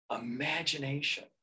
imagination